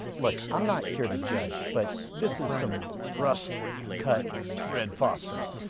look, i'm not here to judge, but this is some rough cut red phosphorus.